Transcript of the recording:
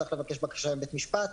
צריך לבקש בקשה מבית המשפט,